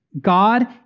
God